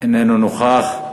איננו נוכח.